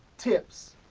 tips